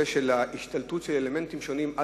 נושא של השתלטות של אלמנטים שונים על